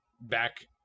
back